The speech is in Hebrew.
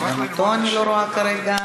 גם אותו אני לא רואה כרגע.